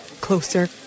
closer